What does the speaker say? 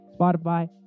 spotify